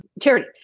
charity